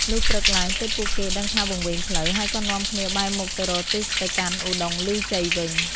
លុះព្រឹកឡើង ទើបពួកគេដឹងថាវង្វេងផ្លូវ ហើយក៏នាំគ្នាបែរមុខទៅរកទិសទៅកាន់ឧត្តុង្គឮជ័យវិញ។